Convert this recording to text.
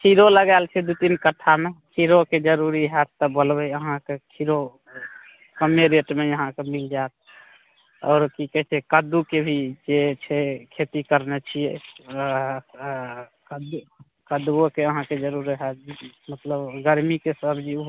खीरो लगाएल छै दूइ तीन कट्ठामे खीरोके जरुरी हाएत तऽ बोलबै अहाँके खीरो कमे रेटमे अहाँके मिल जाएत आओर की कहै छै कद्दूके भी जे छै खेती करने छियै कद्दू कद्दूओके अहाँके जरुरी हाएत मतलब गरमीके सबजी ओहो